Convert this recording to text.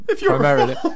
primarily